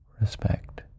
Respect